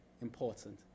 important